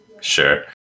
sure